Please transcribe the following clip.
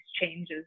changes